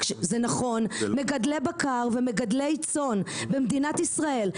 זה נכון מגדלי בקר ומגדלי צאן במדינת ישראל,